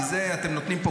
כי אתם נותנים פה,